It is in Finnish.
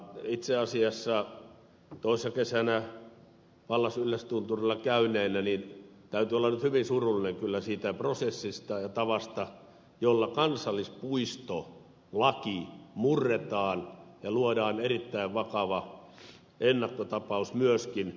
itse asiassa toissa kesänä pallas yllästunturilla käyneenä täytyy olla nyt hyvin surullinen siitä prosessista ja tavasta jolla kansallispuistolaki murretaan ja luodaan erittäin vakava ennakkotapaus myöskin